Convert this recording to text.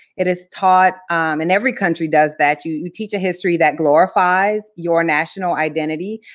it is taught and every country does that. you you teach a history that glorifies your national identity,